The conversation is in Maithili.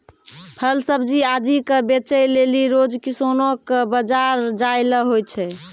फल सब्जी आदि क बेचै लेलि रोज किसानो कॅ बाजार जाय ल होय छै